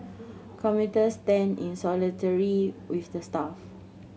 commuter stand in solidarity with the staff